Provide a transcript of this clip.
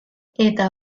eta